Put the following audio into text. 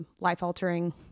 life-altering